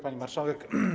Pani Marszałek!